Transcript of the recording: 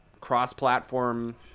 cross-platform